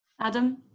Adam